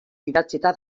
idatzita